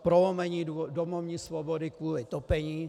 Prolomení domovní svobody kvůli topení.